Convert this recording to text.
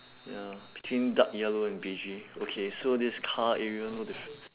ya between dark yellow and beigey okay so this car area no difference